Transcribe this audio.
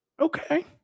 okay